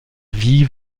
vie